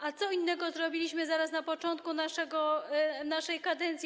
A co innego zrobiliśmy zaraz na początku naszej kadencji?